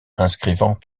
inscrivant